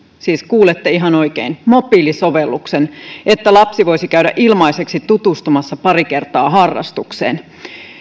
siis kuulitte ihan oikein mobiilisovelluksen että lapsi voisi käydä ilmaiseksi tutustumassa pari kertaa harrastukseen